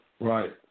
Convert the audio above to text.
Right